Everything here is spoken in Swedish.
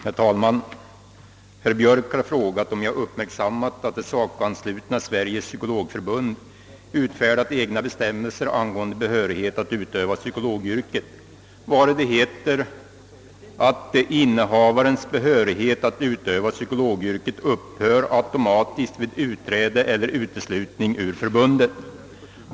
Herr talman! Herr Björk har frågat, om jag uppmärksammat att det SACO anslutna Sveriges Psykologförbund utfärdat egna bestämmelser angående behörighet att utöva psykologyrket, vari det bl.a. heter att »innehavarens behörighet att utöva psykologyrket upphör ——— automatiskt vid utträde eller uteslutning ur förbundet»?